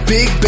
Big